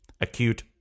acute